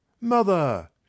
Mother